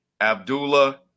Abdullah